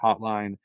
hotline